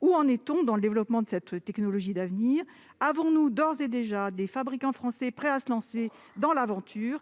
Où en est-on dans le développement de cette technologie d'avenir ? Des fabricants français sont-ils d'ores et déjà prêts à se lancer dans l'aventure ?